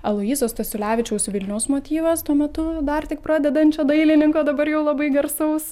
aloyzo stasiulevičiaus vilniaus motyvas tuo metu dar tik pradedančio dailininko dabar jau labai garsaus